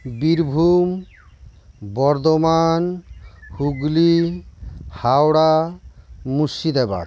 Birbhum Bardhaman Hooghly Howrah Murshidabad